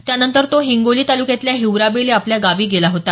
त्यानंतर तो हिंगोली तालुक्यातल्या हिवरा बेल या आपल्या गावी गेला होता